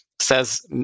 says